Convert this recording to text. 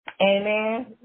Amen